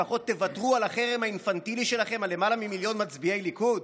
לפחות תוותרו על החרם האינפנטילי שלכם על למעלה ממיליון מצביעי ליכוד.